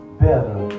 better